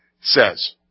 says